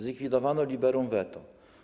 Zlikwidowano liberum veto.